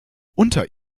unter